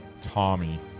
Tommy